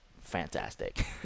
fantastic